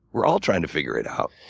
we're all trying to figure it out.